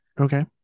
Okay